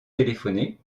téléphoné